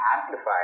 amplified